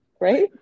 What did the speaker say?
right